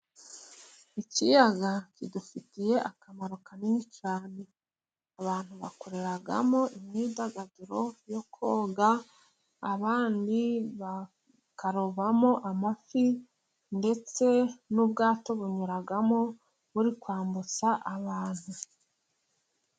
Ikiyaga kidufitiye akamaro kanini cyane, abantu bakoreramo imyidagaduro yo koga, abandi bakarobamo amafi, ndetse n'ubwato bunyuramo buri kwambutsa abantu.